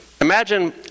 imagine